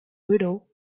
widow